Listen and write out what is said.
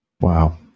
Wow